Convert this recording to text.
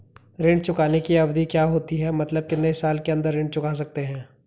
ऋण चुकाने की अवधि क्या होती है मतलब कितने साल के अंदर ऋण चुका सकते हैं?